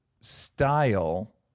style